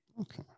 Okay